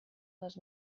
les